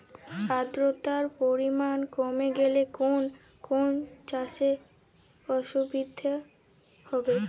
আদ্রতার পরিমাণ কমে গেলে কোন কোন চাষে অসুবিধে হবে?